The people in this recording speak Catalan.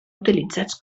utilitzats